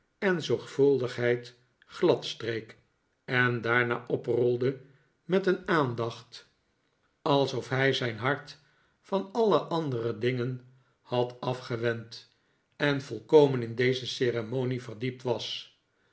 en zorgvuldigheid gladstreek en daarna oprolde met een aandacht alsof hij zijn hart van alle andere dingen had afgewend en volkomen in deze ceremonie verdiept was